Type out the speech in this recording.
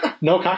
No